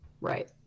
Right